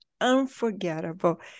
unforgettable